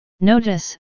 Notice